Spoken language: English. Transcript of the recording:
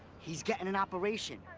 he's gettin' an operation.